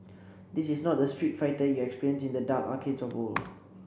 this is not the Street Fighter you experienced in the dark arcades of old